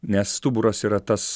nes stuburas yra tas